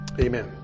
amen